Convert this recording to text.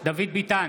דוד ביטן,